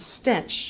stench